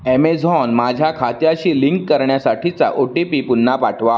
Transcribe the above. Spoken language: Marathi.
ॲमेझॉन माझ्या खात्याशी लिंक करण्यासाठीचा ओ टी पी पुन्हा पाठवा